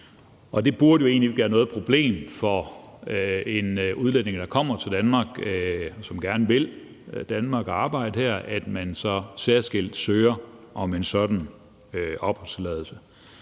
Det burde jo egentlig ikke være noget problem på en udlænding, der kommer til Danmark, som gerne vil Danmark og arbejde her, at man så særskilt søger om en sådan opholdstilladelse.